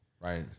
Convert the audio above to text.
Right